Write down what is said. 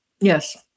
Yes